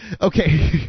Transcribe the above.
Okay